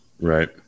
Right